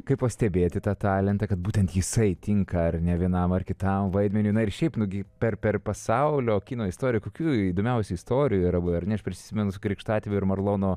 kaip pastebėti tą talentą kad būtent jisai tinka ar ne vienam ar kitam vaidmeniui na ir šiaip nugi per per pasaulio kino istoriją kokių įdomiausių istorijų yra buvę ar ne aš prisimenu krikštatėvį ir marlono